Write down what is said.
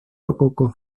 rococó